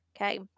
okay